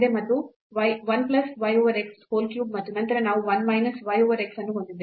ಇದು 1 plus y over x whole cube ಮತ್ತು ನಂತರ ನಾವು 1 minus y over x ಅನ್ನು ಹೊಂದಿದ್ದೇವೆ